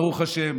ברוך השם,